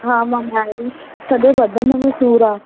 हा मां भाई सॼे बदन में सूरु आहे